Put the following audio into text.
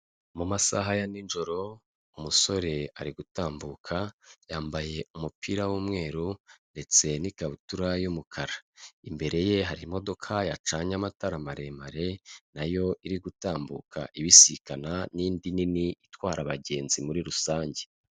Mu masaha ya nijoro, umusore ari gutambuka yambaye umupira w'umweru, ndetse n'ikabutura y'umukara, imbere ye hari imodoka yacanye amatara maremare, nayo iri gutambuka ibisikana n'indi nini, itwara abagenzi muri rusange.